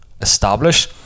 establish